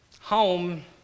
Home